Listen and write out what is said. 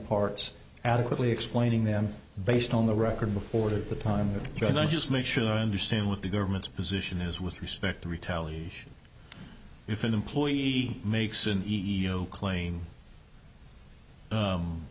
parts adequately explaining them based on the record before the time period i just make sure i understand what the government's position is with respect to retaliation if an employee makes an e o claim